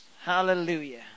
Hallelujah